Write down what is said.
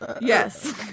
Yes